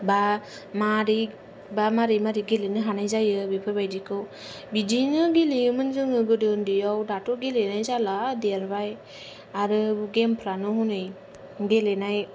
बा मारै मारै गेलेनो हानाय जायो बेफोरबादिखौ बिदिनो गेलेयोमोन जोङो गोदो उन्दैयाव दाथ' गेलेनाय जाला देरबाय आरो गेमफ्रानो हनै गेलेनाय